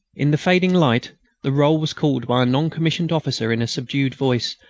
in the fading light the roll was called by a non-commissioned officer in a subdued voice,